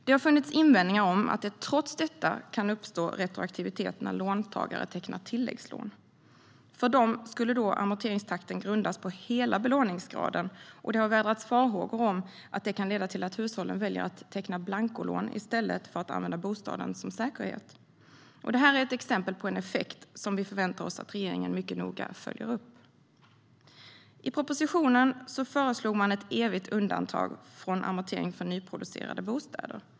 Det har funnits invändningar att det trots detta kan uppstå retroaktivitet när låntagare tecknar tilläggslån. För dem skulle amorteringstakten grundas på hela belåningsgraden. Och det har vädrats farhågor om att det kan leda till att hushållen väljer att teckna blankolån i stället för att använda bostaden som säkerhet. Det här är ett exempel på en effekt som vi förväntar oss att regeringen mycket noga följer upp. I propositionen föreslås ett evigt undantag från amortering för nyproducerade bostäder.